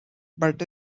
but